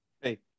hey